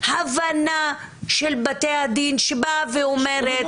הבנה של בתי הדין שבאה ואומרת --- יש,